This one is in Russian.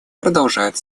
продолжает